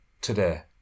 today